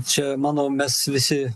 čia manau mes visi